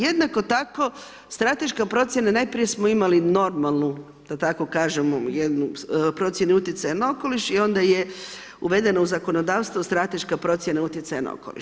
Jednako tako, strateška procjena, najprije smo imali, normalnu, da tako kažem, jednu procjenu utjecaja na okoliš i onda je uvedeno u zakonodavstvo strateška procjena utjecaja na okoliš.